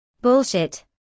Bullshit